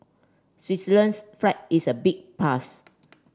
Switzerland's flag is a big plus